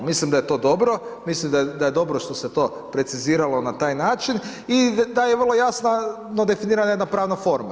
Mislim da je to dobro, mislim da je dobro što se to preciziralo na taj način i da je vrlo jasna, definirana jedna pravna forma.